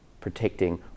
protecting